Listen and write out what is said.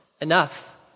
Enough